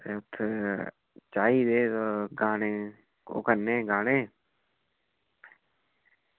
ते इत्त चाहिदे हे ओह् करने हे गाने